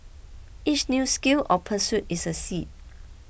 each new skill or pursuit is a seed